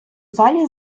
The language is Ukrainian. залі